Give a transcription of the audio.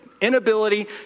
Inability